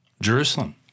Jerusalem